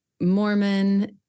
Mormon